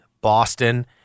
Boston